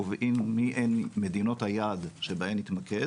קובעים מי הן מדינות היעד שבהן נתמקד